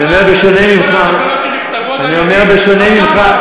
אני אומר, בשונה ממך,